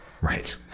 Right